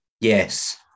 Yes